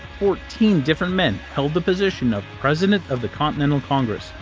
fourteen different men held the position of president of the continental congress,